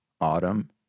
autumn